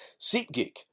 SeatGeek